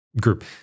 group